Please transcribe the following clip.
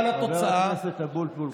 חבר הכנסת אבוטבול, ראשונה.